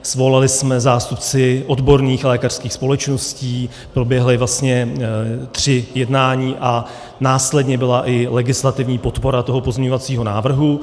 Svolali jsme zástupce odborných lékařských společností, proběhla vlastně tři jednání a následně byla i legislativní podpora pozměňovacího návrhu.